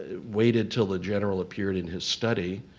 ah waited till the general appeared in his study,